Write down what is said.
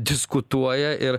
diskutuoja ir